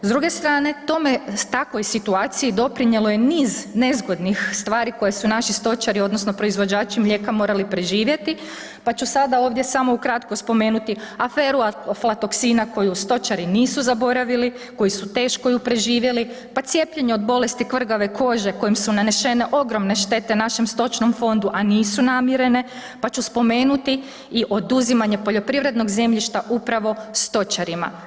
S druge strane, tome, takvoj situaciji doprinijelo je niz nezgodnih stvari koje su naši stočari odnosno proizvođači mlijeka morali preživjeti pa ću sada ovdje samo ukratko spomenuti aferu aflatoksina koju stočari nisu zaboravili, koji su teško ju preživjeli, pa cijepljenje od bolesti kvrgave kože kojom su nanešene ogromne štete našem stočnom fondu, a nisu namirene, pa ću spomenuti i oduzimanje poljoprivrednog zemljišta upravo stočarima.